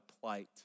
plight